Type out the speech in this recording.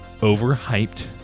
overhyped